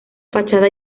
fachada